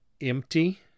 empty